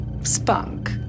spunk